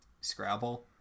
Scrabble